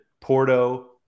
Porto